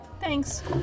Thanks